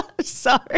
Sorry